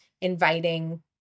inviting